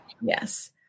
Yes